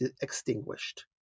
extinguished